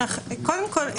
קודם כול,